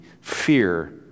fear